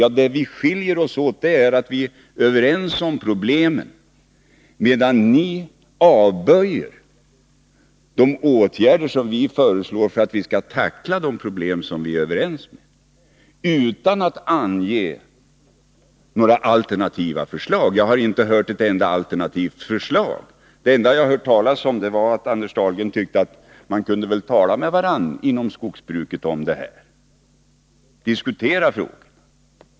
Medan vi är överens om problemen är skillnaden mellan oss att ni avböjer de åtgärder vi föreslår för att klara dessa problem utan att ni samtidigt anger några alternativa förslag. Jag har inte hört ett enda alternativt förslag. Det enda jag har hört talas om är att Anders Dahlgren menar att man kunde tala med varann inom skogsbruket om det här och diskutera frågan.